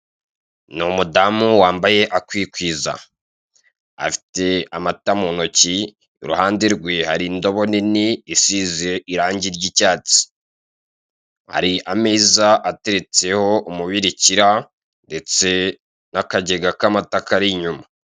Ni umudamu wambaye akikwiza afite amata mu ntoki, iruhande rwe hari indobo nini isize irangi ry'icyatsi. Hari ameza ateretseho umubirikira ndetse n'akagega k'amata kari inyuma.